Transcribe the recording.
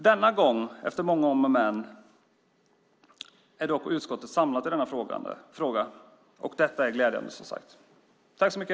Denna gång, efter många om och men, är dock utskottet samlat i denna fråga, och detta är, som sagt, glädjande.